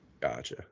Gotcha